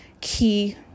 key